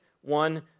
one